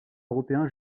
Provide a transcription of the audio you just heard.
européens